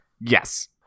Yes